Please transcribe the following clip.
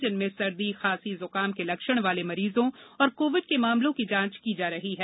जिनमें सर्दी खांसी जुकाम के लक्षण वाले मरीजों और कोविड के मामलों की जांच की जा रही है